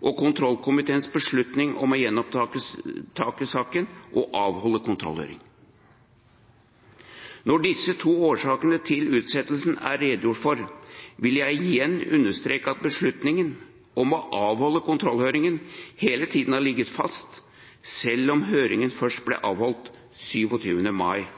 og kontrollkomiteens beslutning om å gjenoppta saken og avholde kontrollhøring. Når disse to årsakene til utsettelsen er redegjort for, vil jeg igjen understreke at beslutningen om å avholde kontrollhøringen hele tiden har ligget fast, selv om høringen først ble avholdt 27. mai